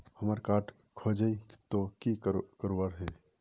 हमार कार्ड खोजेई तो की करवार है?